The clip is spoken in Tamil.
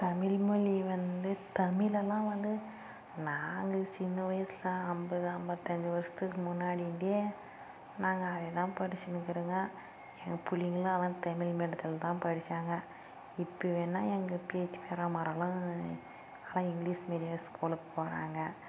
தமிழ் மொழி வந்து தமிழெல்லாம் வந்து நாங்கள் சின்ன வயசில் ஐம்பது ஐம்பத்தஞ்சு வருஷத்துக்கு முன்னாடியிருந்தே நாங்கள் அதேதான் படிச்சின்னுக்கிறோங்க எங்கள் பிள்ளிங்களும் அதே தமிழ் மீடியத்தில்தான் படித்தாங்க இப்போ வேண்ணால் எங்கள் பேத்தி பேரன் மாரெலாம் இங்கிலீஷ் மீடியம் ஸ்கூலுக்கு போகிறாங்க